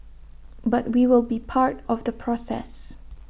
but we will be part of the process